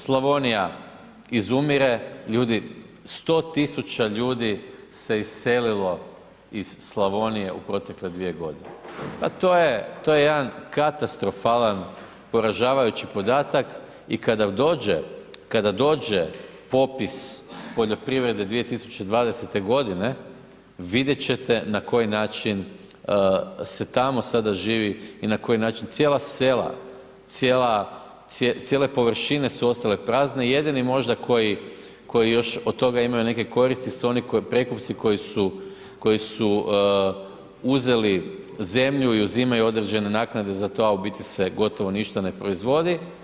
Slavonija izumire, ljudi, 100 000 ljudi se iselilo iz Slavonije u protekle 2.g., pa to je, to je jedan katastrofalan, poražavajući podatak i kada dođe, kada dođe popis poljoprivrede 2020.g., vidjet ćete na koji način se tamo sada živi i na koji način cijela sela, cijele površine su ostale prazne, jedini možda koji, koji još od toga imaju neke koristi su oni koji, prekupci koji su, koji su uzeli zemlju i uzimaju određene naknade za to, a u biti se gotovo ništa ne proizvodi.